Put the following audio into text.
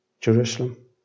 Jerusalem